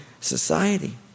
society